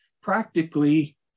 practically